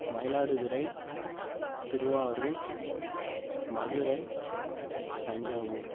Mayiladuthurai Thiruvarur Madurai Thanjavur